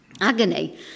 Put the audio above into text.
Agony